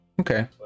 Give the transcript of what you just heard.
Okay